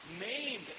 named